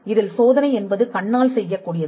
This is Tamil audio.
இதில் சோதனை என்பது கண்ணால் செய்யக்கூடியது